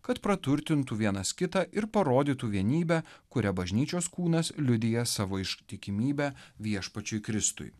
kad praturtintų vienas kitą ir parodytų vienybę kuria bažnyčios kūnas liudija savo ištikimybę viešpačiui kristui